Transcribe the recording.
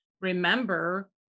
remember